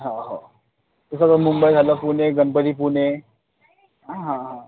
हो हो कसं जर मुंबई झालं पुणे गणपती पुळे हा हा हा